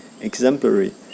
exemplary